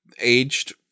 aged